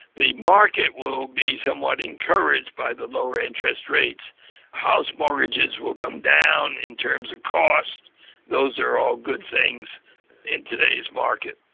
the market will be somewhat encouraged by the lower interest rates house mortgages will come down in terms of cost those are all good things in today's market.